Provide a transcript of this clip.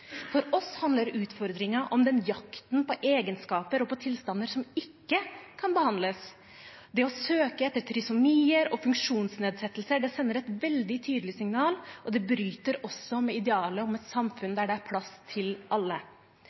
For oss handler utfordringen om jakten på egenskaper og tilstander som ikke kan behandles. Det å søke etter trisomier og funksjonsnedsettelser sender et veldig tydelig signal, og det bryter også med idealet om et samfunn der det er plass til alle.